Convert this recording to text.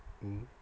mmhmm